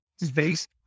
space